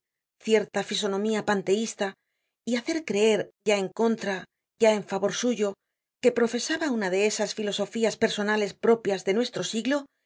cierta fisonomía pan teista y hacer creer ya en contra ya en favor suyo que profesaba una de esas filosofías personales propias de nuestro siglo